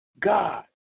God